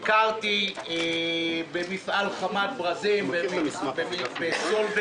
ביקרתי במפעלים "חמת ברזים", "סולבר",